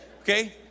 Okay